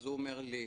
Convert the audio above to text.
הוא אומר לי: